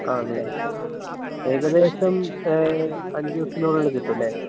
ആണല്ലേ ഏകദേശം അഞ്ച് ദിവസത്തിനുള്ളിൽ കിട്ടും അല്ലേ